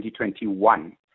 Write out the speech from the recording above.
2021